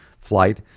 flight